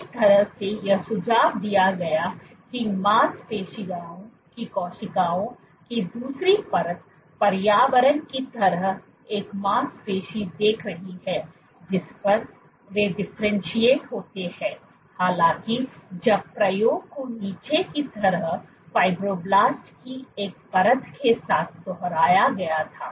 एक तरह से यह सुझाव दिया गया कि मांसपेशियों की कोशिकाओं की दूसरी परत पर्यावरण की तरह एक मांसपेशी देख रही है जिस पर वे डिफरेंटशिएट होते है हालाँकि जब प्रयोग को नीचे की तरफ फिबरोबलास्ट की एक परत के साथ दोहराया गया था